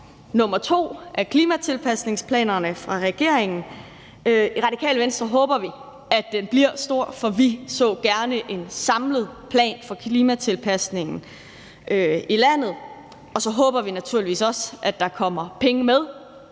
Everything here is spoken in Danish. nummer to af klimatilpasningsplanerne fra regeringen kommer. I Radikale Venstre håber vi, at den bliver stor, for vi så gerne en samlet plan for klimatilpasningen i landet, og så håber vi naturligvis også, at der kommer penge med,